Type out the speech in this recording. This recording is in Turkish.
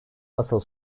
asıl